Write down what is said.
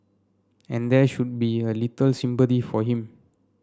and there should be a little sympathy for him